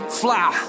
fly